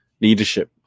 leadership